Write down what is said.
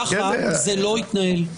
ככה זה לא יתנהל.